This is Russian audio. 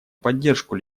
поддержку